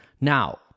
now